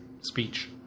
speech